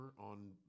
on